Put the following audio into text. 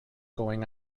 going